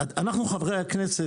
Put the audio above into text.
אנחנו חברי הכנסת,